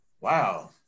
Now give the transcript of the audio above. Wow